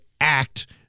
act